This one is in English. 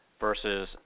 versus